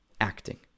acting